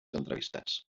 entrevistats